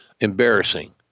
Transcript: embarrassing